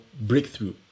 breakthrough